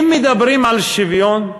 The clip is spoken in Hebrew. אם מדברים על שוויון,